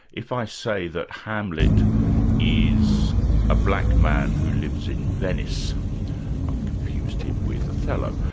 if i say that hamlet is a black man who lives in venice i've confused him with othello.